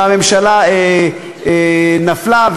והממשלה נפלה,